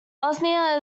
bosnia